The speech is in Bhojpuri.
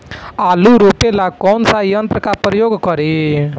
आलू रोपे ला कौन सा यंत्र का प्रयोग करी?